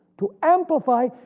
to amplify,